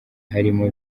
harimo